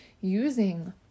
using